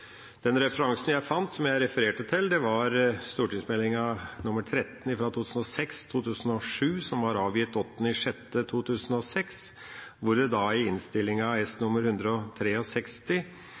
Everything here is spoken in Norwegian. Den referansen jeg fant, som jeg refererte til, var St.meld. nr. 13 for 2006–2007, som var avgitt 8. desember 2006, og i innstillinga til den meldinga, Innst. S.